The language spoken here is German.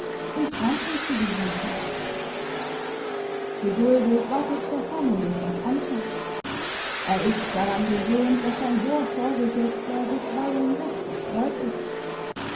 in franken zu besuchen geduldig wartet der famulus auf antwort er ist daran gewöhnt daß sein hoher vorgesetzter bisweilen recht zerstreut ist